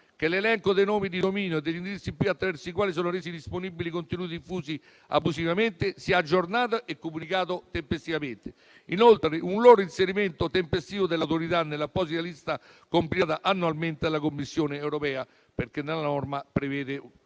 che l'elenco dei nomi di dominio e degli indirizzi IP attraverso i quali sono resi disponibili i contenuti diffusi abusivamente sia aggiornato e comunicato tempestivamente. Chiediamo poi un loro tempestivo inserimento da parte dell'Autorità nell'apposita lista compilata annualmente dalla Commissione europea, perché la norma prevede un tempo